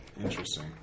Interesting